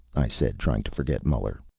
i said, trying to forget muller.